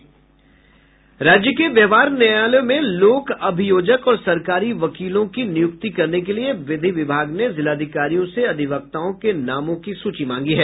राज्य के व्यवहार न्यायालयों में लोक अभियोजक और सरकारी वकीलों की नियुक्ति करने के लिए विधि विभाग ने जिलाधिकारियों से अधिवक्ताओं के नामों की सूची मांगी है